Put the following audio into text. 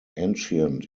ancient